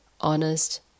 honest